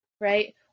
right